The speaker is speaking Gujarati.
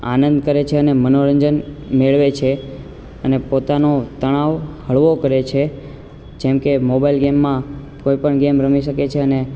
આનંદ કરે છે અને મનોરંજન મેળવે છે અને પોતાનો તણાવ હળવો કરે છે જેમકે મોબાઈલ ગેમમાં કોઈપણ ગેમ રમી શકે છે અને